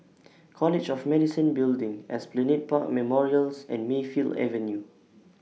College of Medicine Building Esplanade Park Memorials and Mayfield Avenue